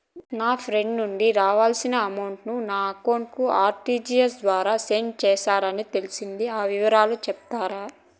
నా ఫ్రెండ్ నుండి రావాల్సిన అమౌంట్ ను నా అకౌంట్ కు ఆర్టిజియస్ ద్వారా సెండ్ చేశారు అని తెలిసింది, ఆ వివరాలు సెప్తారా?